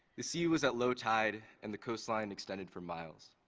the sea was at low-tide, and the coastline extended for miles.